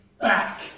back